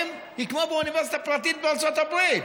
היא כמו באוניברסיטה פרטית בארצות הברית.